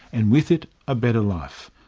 and with it a better life.